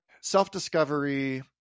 self-discovery